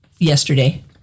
Yesterday